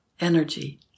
energy